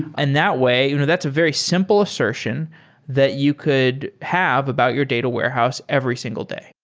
and that way you know that's a very simple assertion that you could have about your data warehouse every single day.